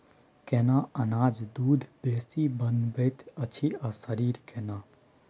केना अनाज दूध बेसी बनबैत अछि आ शरीर केना?